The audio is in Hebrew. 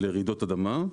ולרעידות אדמה.